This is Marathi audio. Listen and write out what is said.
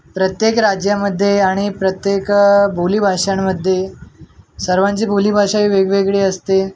प्रत्येक राज्यामध्ये आणि प्रत्येक बोली भाषांमध्ये सर्वांची बोलीभाषा ही वेगवेगळी असते